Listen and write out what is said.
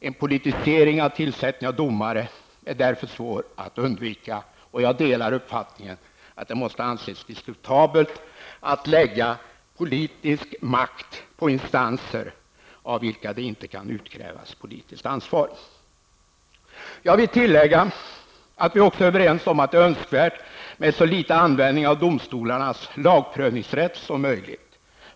En politisering av tillsättningen av domare är därför svår att undvika. Jag delar uppfattningen att det måste anses diskutabelt att lägga politisk makt på instanser av vilka det inte kan utkrävas politiskt ansvar. Jag vill tillägga att vi också är överens om att det är önskvärt att domstolarnas lagprövningsrätt används i så liten utsträckning som möjligt.